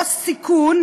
או סיכון,